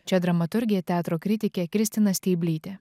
čia dramaturgė teatro kritikė kristina steiblytė